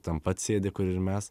ten pat sėdi kur ir mes